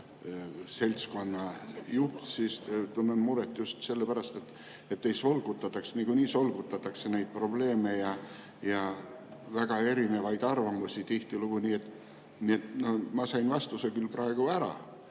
seltskonna juht, tunnen muret just sellepärast, et ei solgutataks. Niikuinii solgutatakse neid probleeme ja on väga erinevaid arvamusi tihtilugu. Ma sain vastuse küll praegu